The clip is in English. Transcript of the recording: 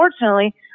unfortunately